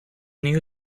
new